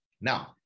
now